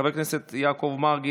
חבר הכנסת יעקב מרגי,